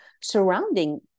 surrounding